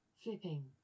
Flipping